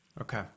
Okay